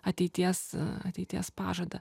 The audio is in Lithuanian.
ateities ateities pažadą